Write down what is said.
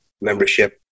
Membership